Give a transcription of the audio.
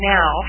Now